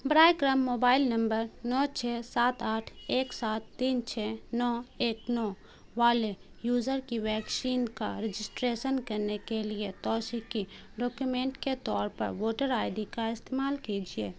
برائے کرم mobile number نو چھ سات آٹھ ایک سات تین چھ نو ایک نو والے یوزر کی ویکشین کا رجسٹریسن کرنے کے لیے توسیقی ڈاکیومنٹ کے طور پر ووٹر آئی ڈی کا استعمال کیجیے